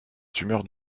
tumeur